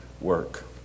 work